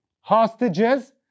hostages